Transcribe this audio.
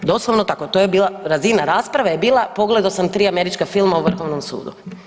Doslovno tako, to je bila razina rasprave je bila, pogledao sam 3 američka filma o Vrhovnom sudu.